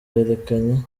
yerekanye